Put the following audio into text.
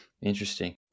Interesting